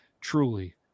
truly